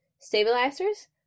stabilizers